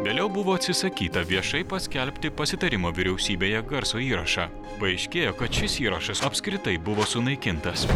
vėliau buvo atsisakyta viešai paskelbti pasitarimo vyriausybėje garso įrašą paaiškėjo kad šis įrašas apskritai buvo sunaikintas